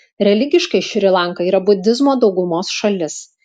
religiškai šri lanka yra budizmo daugumos šalis